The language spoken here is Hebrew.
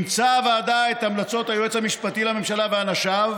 אימצה הוועדה את המלצות היועץ המשפטי לממשלה ואנשיו